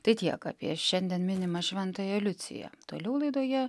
tai tiek apie šiandien minima šventąją liuciją toliau laidoje